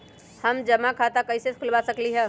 हम जमा खाता कइसे खुलवा सकली ह?